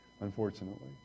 unfortunately